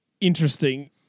interesting